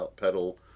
pedal